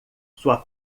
sua